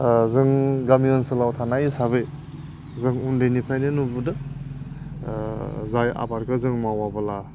जों गामि ओनसोलाव थानाय हिसाबै जों उन्दैनिफ्रायनो नुबोदों जाय आबादखौ जों मावाब्ला